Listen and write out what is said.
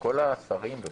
כל השרים וסגני שרים.